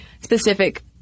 specific